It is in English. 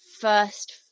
first